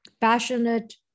passionate